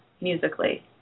musically